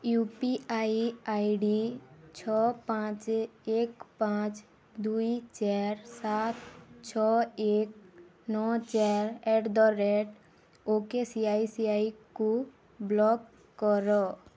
you P I I D ଛଅ ପାଞ୍ଚ ଏକ ପାଞ୍ଚ ଦୁଇ ଚାର ସାତ ଛଅ ଏକ ନଅ ଚାର ଏଟ୍ ଦ ରେଟ୍ ଓକେ ସିଆଇସିଆଇକୁ ବ୍ଲକ୍ କର